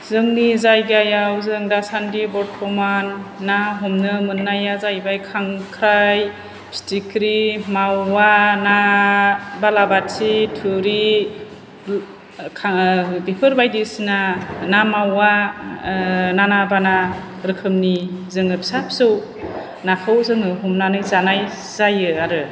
जोंनि जागायाव जों दासान्दि बर्थमान ना हमनो मोननाया जाहैबाय खांख्राइ फिथिख्रि मावा ना बालाबाथि थुरि बेफोर बायदिसिना ना मावा नाना बाना रोखोनि जोङो फिसा फिसौ नाखौ जोङो हमनानै जानाय जायो आरो